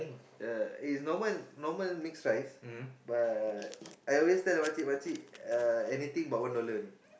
uh is normal normal mixed rice but I always tell the makcik makcik anything but one dollar only